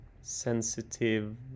sensitive